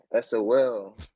sol